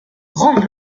rendent